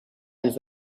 anys